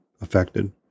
affected